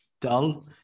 dull